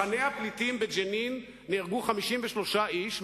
במחנה הפליטים בג'נין נהרגו 53 איש,